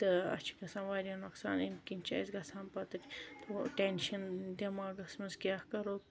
تہٕ اَسہِ چھُ گَژھان واریاہ نۄقصان امہِ کِنۍ چھِ اَسہِ گَژھان پَتہٕ ہُہ ٹٮ۪نشَن دٮ۪ماغس مَنٛز کیاہ کَرو